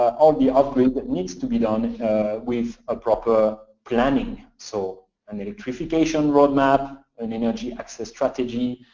all the off-grid that needs to be done with a proper planning. so an electrification roadmap, an energy access strategy,